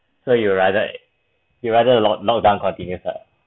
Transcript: so you rather you rather lockdown continues ah